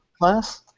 Class